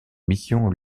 mission